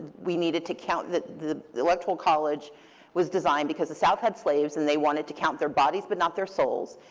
we needed to count the the electoral college was designed, because the south had slaves and they wanted to count their bodies, but not their souls.